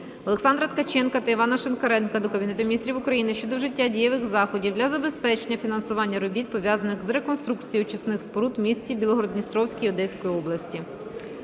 Олександра Ткаченка та Івана Шинкаренка до Кабінету Міністрів України щодо вжиття дієвих заходів для забезпечення фінансування робіт пов'язаних з реконструкцією очисних споруд в місті Білгород-Дністровський Одеської області.